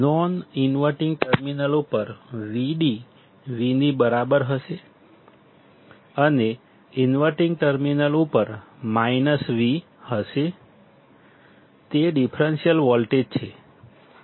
non inverting terminal ઉપર Vd V ની બરાબર હશે અને ઇનવર્ટીંગ ટર્મિનલ ઉપર V હશે તે ડિફરન્સીયલ વોલ્ટેજ છે